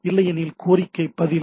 இல்லையெனில் கோரிக்கை பதில்